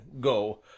Go